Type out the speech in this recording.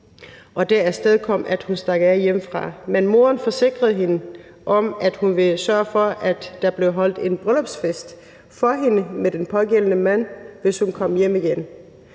og det afstedkom, at hun stak af hjemmefra. Men moren forsikrede hende om, at hun ville sørge for, at der blev holdt en bryllupsfest for hende med den pågældende mand, hvis hun kom hjem igen.